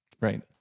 Right